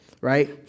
Right